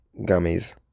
gummies